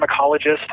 pharmacologist